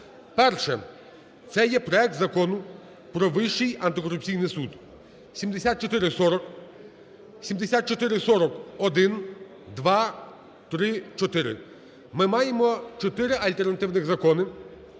Перше, це є проект Закону про Вищий антикорупційний суд (7440, 7440-1, -2, -3, -4). Ми маємо чотири альтернативні закони,